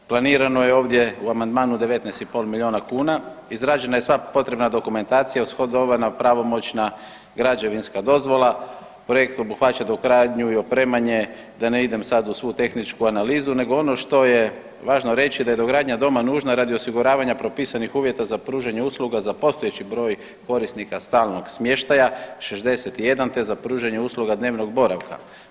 Planirano je ovdje u amandmanu 19,5 milijuna kuna, izrađena je sva potrebna dokumentacija, ishodovana, pravomoćna, građevinska dozvola, projekt obuhvaća dogradnju i opremanje da ne idem sad u svu tehničku analizu nego što je važno reći da je dogradnja doma nužna radi osiguravanja propisanih uvjeta za pružanje usluga za postojeći broj korisnika stalnog smještaja, 61 te za pružanje usluga dnevnog boravka.